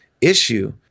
issue